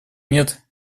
нет